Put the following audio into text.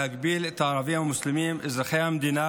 להגביל את הערבים המוסלמים אזרחי המדינה